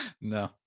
No